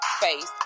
space